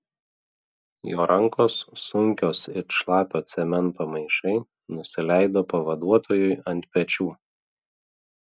jo rankos sunkios it šlapio cemento maišai nusileido pavaduotojui ant pečių